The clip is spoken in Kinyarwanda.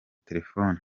telefoni